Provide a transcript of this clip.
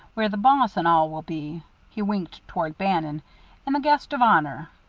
where the boss and all will be he winked toward bannon and the guest of honor.